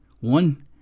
One